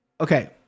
Okay